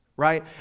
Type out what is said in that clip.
right